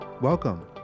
Welcome